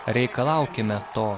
reikalaukime to